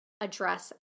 address